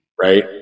Right